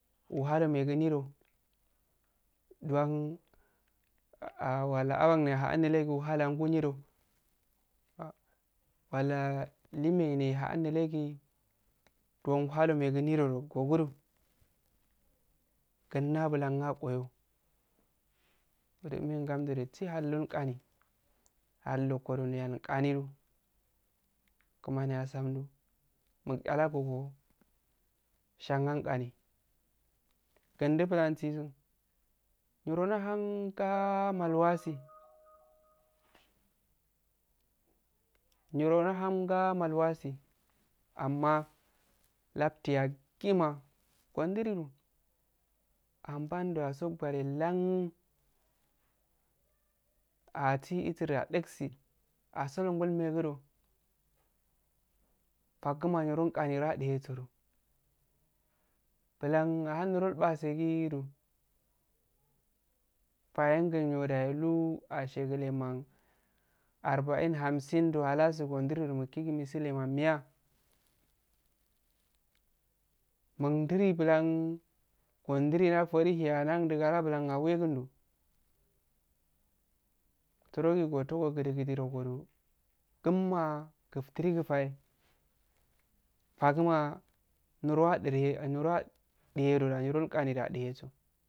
Uhalo megu nidu duwanahah wallah abanna ahs en nele uhan langu nido wallah lin menne aha-en nileg duwuhanne megu nirodo gogudu ginla bulan ago ya du mem gamdu du tsi halnomga ni halanokodo noyan qanidu kimani a tsamdu mukshelago go shan ankani gondu bulen niro nahan ga malwa tse. nironaham gamalwatse amma abte yakgems godiridu ambadu ats bate lahn ata etir du adikse asole bilmegudu fakgumu niron gani no adehe tsado bilen ahan nirongani no adehe tsodey bilen ahan nion batse gidu fahengiye nda aluuh arba ingham sindu halastsu gondiridu mukkigi mise leman mmiyya mundi fi bilan gon diri dahkferi hiya dandi gara bulan awegindu tsorogi gots gidigudi nogoda gumma giftiri gu fahe faggume niro adihe danda niron gahida adihetso